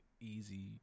easy